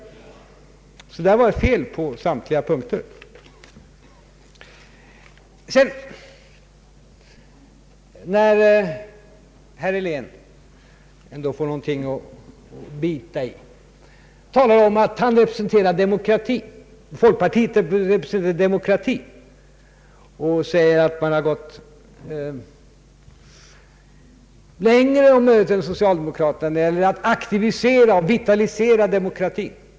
Herr Heléns exempel var alltså fel på samtliga punkter. Sedan tyckte sig herr Helén ändå ha hittat någonting att bita i när han påstod att folkpartiet representerar demokratin och sade att man inom folkpartiet gått om möjligt längre än socialdemokraterna när det gäller att aktivisera och vitalisera demokratin.